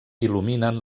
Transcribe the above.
il·luminen